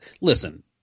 listen